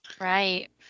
Right